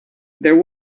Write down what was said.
there